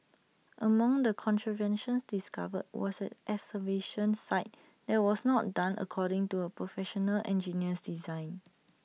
among the contraventions discovered was an excavation site that was not done according to A Professional Engineer's design